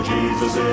Jesus